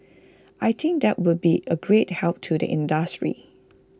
I think that will be A great help to the industry